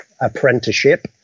apprenticeship